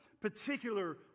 particular